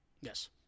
Yes